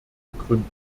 begründen